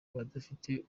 abadafite